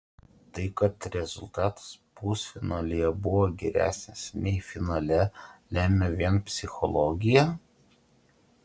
tai kad rezultatas pusfinalyje buvo geresnis nei finale lemia vien psichologija